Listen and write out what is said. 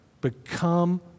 Become